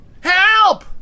Help